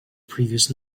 previous